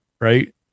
right